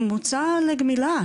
אנחנו מוצר לגמילה,